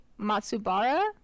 matsubara